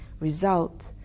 result